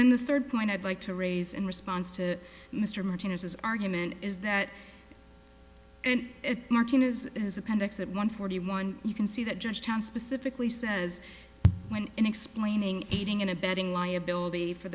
then the third point i'd like to raise in response to mr martinez his argument is that and martina's his appendix at one forty one you can see that georgetown specifically says when in explaining aiding and abetting liability for